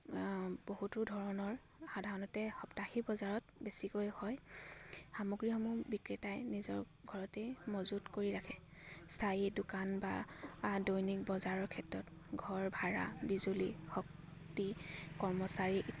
বহুতো ধৰণৰ সাধাৰণতে সাপ্তাহিক বজাৰত বেছিকৈ হয় সামগ্ৰীসমূহ বিক্ৰেতাই নিজৰ ঘৰতেই মজুত কৰি ৰাখে স্থায়ী দোকান বা দৈনিক বজাৰৰ ক্ষেত্ৰত ঘৰ ভাড়া বিজুলী শক্তি কৰ্মচাৰী